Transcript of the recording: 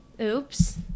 Oops